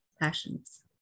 passions